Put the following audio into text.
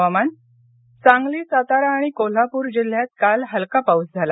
हवामान सांगली सातारा आणि कोल्हापूर जिल्ह्यात काल हलका पाऊस झाला